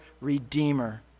redeemer